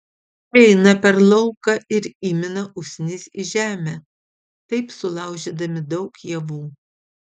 eina per lauką ir įmina usnis į žemę taip sulaužydami daug javų